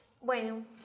Bueno